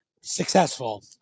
Successful